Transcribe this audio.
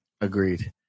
Agreed